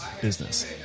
business